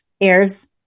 airs